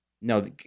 No